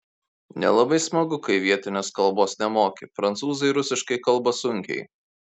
nelabai smagu kai vietinės kalbos nemoki prancūzai rusiškai kalba sunkiai